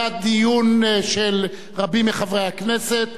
היה דיון של רבים מחברי הכנסת.